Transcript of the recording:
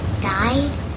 died